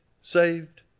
saved